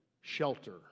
shelter